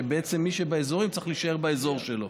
שבעצם מי שבאזור צריך להישאר באזור שלו.